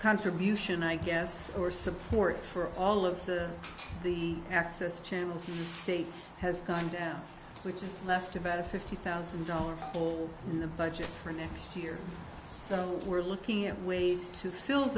contribution i guess or support for all of the access channels in the state has gone down which is left about a fifty thousand dollars hole in the budget for next year so we're looking at ways to fill